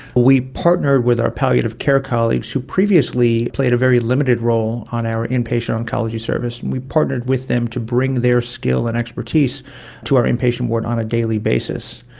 we partnered with our palliative care colleagues who previously played a very limited role on our inpatient oncology service, and we partnered with them to bring their skill and expertise to our inpatient ward on a daily basis.